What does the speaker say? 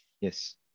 Yes